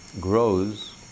grows